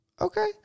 Okay